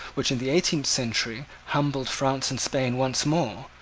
which, in the eighteenth century, humbled france and spain once more,